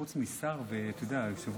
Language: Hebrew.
חוץ משר והיושב-ראש,